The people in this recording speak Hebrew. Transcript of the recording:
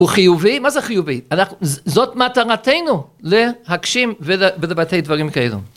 הוא חיובי? מה זה חיובי? זאת מטרתנו להגשים ולבטא את דברים כאלה.